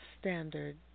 standard